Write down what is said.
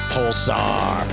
Pulsar